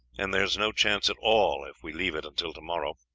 and there is no chance at all if we leave it until tomorrow.